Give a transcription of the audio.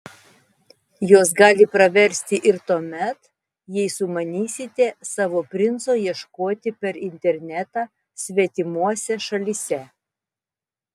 jos gali praversti ir tuomet jei sumanysite savo princo ieškoti per internetą svetimose šalyse